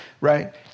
right